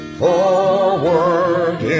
forward